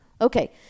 Okay